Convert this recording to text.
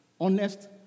Honest